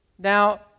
Now